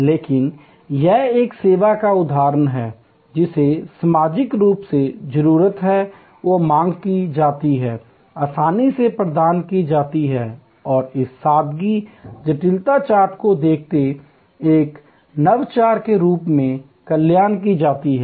लेकिन यह एक सेवा का एक उदाहरण है जिसे सामाजिक रूप से जरूरत है और मांग की जाती है आसानी से प्रदान की जाती है और इस सादगी जटिलता चार्ट को देखकर एक नवाचार के रूप में कल्पना की जाती है